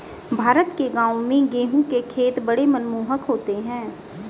भारत के गांवों में गेहूं के खेत बड़े मनमोहक होते हैं